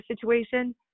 situation